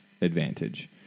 advantage